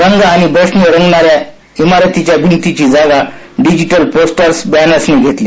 रंग आणि ब्रशने रंगणाऱ्या मिंतीच्या भिंतीची जागा डिजिटल पोस्टर बॅनर्सनी घेतली